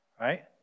Right